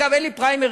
אגב, אין לי פריימריז,